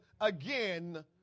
again